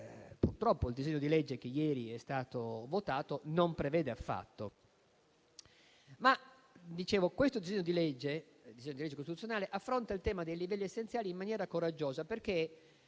purtroppo il disegno di legge che ieri è stato votato non prevede affatto. Dicevo che questo disegno di legge costituzionale affronta il tema dei livelli essenziali in maniera coraggiosa, perché